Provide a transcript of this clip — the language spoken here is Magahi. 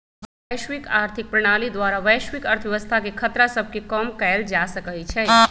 वैश्विक आर्थिक प्रणाली द्वारा वैश्विक अर्थव्यवस्था के खतरा सभके कम कएल जा सकइ छइ